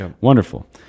Wonderful